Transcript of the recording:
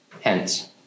Hence